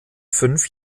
fünf